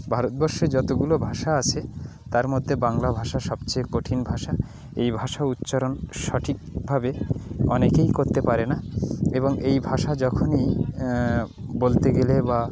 ভারতবর্ষে যতগুলো ভাষা আছে তার মধ্যে বাংলা ভাষা সবচেয়ে কঠিন ভাষা এই ভাষা উচ্চারণ সঠিকভাবে অনেকেই করতে পারে না এবং এই ভাষা যখনই বলতে গেলে বা